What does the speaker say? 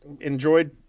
enjoyed